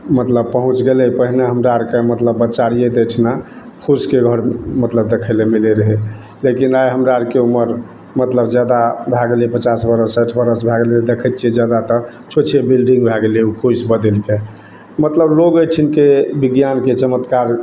मतलब पहुँच गेलै पहिने हमरा आरके मतलब बच्चा रहियै तऽ एहिठाम फूसके घर मतलब देखै लए मिलै रहै लेकिन आइ हमरा आरके इमहर मतलब मतलब जादा भए गेलै पचास बरस साठि बरस भए गेलै देखै छियै जादातर छोट छोट बिल्डिंग भए गेलै ओ फुसि बदैलके मतलब लोग एहिठामके बिज्ञानके चमत्कार